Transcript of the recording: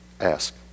Ask